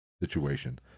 situation